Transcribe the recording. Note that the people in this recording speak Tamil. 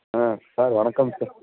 ஆ சார் வணக்கம் சார்